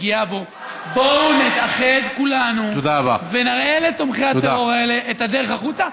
פגיעה בו: בואו נתאחד כולנו ונראה לתומכי הטרור האלה את הדרך החוצה,